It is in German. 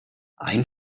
ein